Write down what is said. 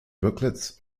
booklets